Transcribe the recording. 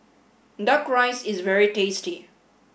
Duck Rice is very tasty